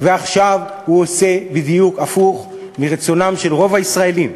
ועכשיו הוא עושה בדיוק הפוך מרצונם של רוב הישראלים,